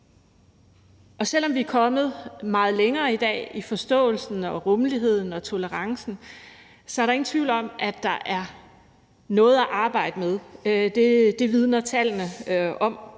Og selv om vi er kommet meget længere i dag i forståelsen og rummeligheden og tolerancen, er der ingen tvivl om, at der er noget at arbejde med. Det vidner tallene om.